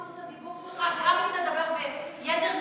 אני אשמור על זכות הדיבור שלך גם אם תדבר ביתר נימוס.